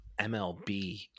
MLB